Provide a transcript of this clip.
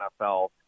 NFL